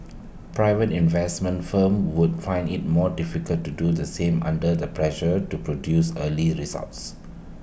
private investment firms would find IT more difficult to do the same under the pressure to produce early results